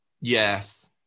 Yes